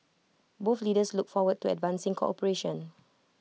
both leaders look forward to advancing cooperation